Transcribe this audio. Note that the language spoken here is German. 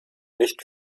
nicht